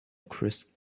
crisp